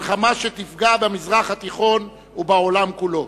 מלחמה שתפגע במזרח התיכון ובעולם כולו.